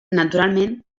naturalment